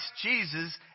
Jesus